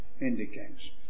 indicates